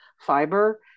fiber